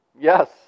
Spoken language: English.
Yes